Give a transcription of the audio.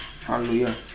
Hallelujah